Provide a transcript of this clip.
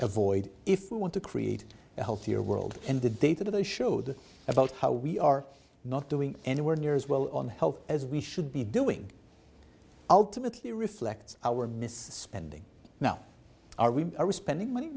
avoid if we want to create a healthier world in the data they showed about how we are not doing anywhere near as well on health as we should be doing ultimately reflects our mis spending now are we are spending money